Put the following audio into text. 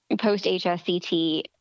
post-HSCT